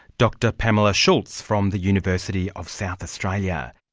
dr pamela schulz from the university of south australia